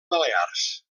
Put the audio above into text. balears